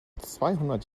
zweihundert